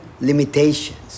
limitations